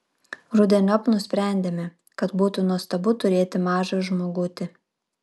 rudeniop nusprendėme kad būtų nuostabu turėti mažą žmogutį